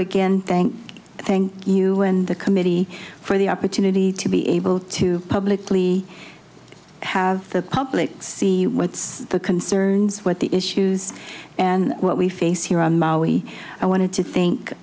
again thank you thank you and the committee for the opportunity to be able to publicly have the public see what's the concerns with the issues and what we face here on maui i wanted to think